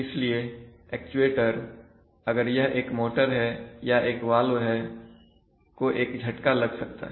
इसलिए एक्चुएटरअगर यह एक मोटर है या एक वॉल्व है को एक झटका लग सकता है